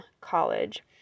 college